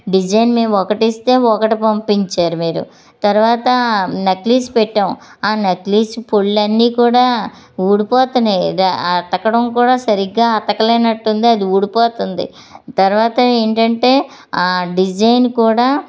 design మేము ఒకటిస్తే ఒకటి పంపించారు మీరు తర్వాత నక్లీస్ పెట్టాం ఆ నక్లీస్ పొళ్ళన్ని కూడా ఊడిపోతున్నాయి దా ఆ అతకడం కూడా సరిగ్గా అతకలేనట్టుంది అది ఊడిపోతుంది తర్వాత ఏంటంటే ఆ డిజైన్ కూడా